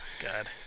God